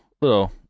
little